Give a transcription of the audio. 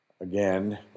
again